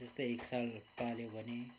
जस्तै एक साल पाल्यो भने